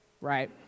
right